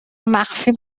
مخفی